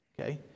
okay